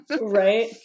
right